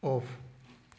off